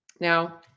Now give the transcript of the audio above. Now